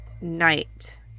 night